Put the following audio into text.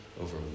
over